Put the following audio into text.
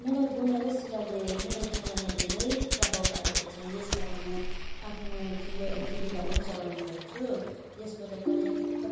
मलाई बुनाइ र सिलाइले मेरो जीवनमा धेरै प्रभाव पारेको छ यसबाट म आफ्नो जीव जीविका पनि चलाउने गर्छु यसबाट पार्याप्त